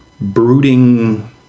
brooding